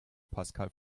pascal